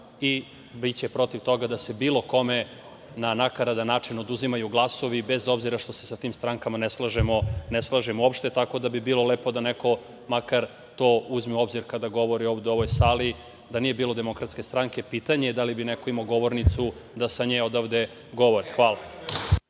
i biće protiv toga da se bilo kome na nakaradan način oduzimaju glasovi, bez obzira što se sa tim strankama ne slažemo uopšte. Tako da bi bilo lepo da neko makar to uzme u obzir kada govori ovde u ovoj sali, da nije bilo DS pitanje je da li bi neko imao govornicu da se nje ovde govori. Hvala.